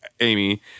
Amy